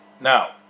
Now